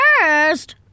first